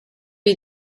wir